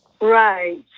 Right